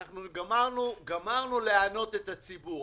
אנחנו לא עושים פה דוחות שומה,